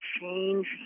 change